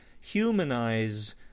humanize